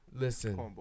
listen